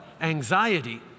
anxiety